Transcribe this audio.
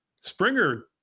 Springer